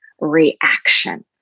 reaction